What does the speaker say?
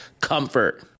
Comfort